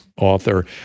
author